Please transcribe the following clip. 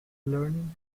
learning